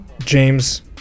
james